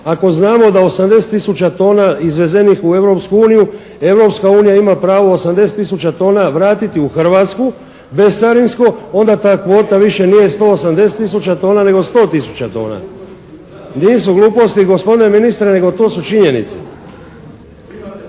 Ako znamo da 80 tisuća tona izvezenih u Europsku uniju Europska unija ima pravo 80 tisuća tona vratiti u Hrvatsku bescarinsko onda ta kvota više nije 180 tisuća tona, nego 100 tisuća tona. Nisu gluposti gospodine ministre, nego to su činjenice.